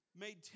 made